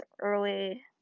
early